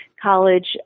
college